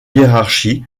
hiérarchie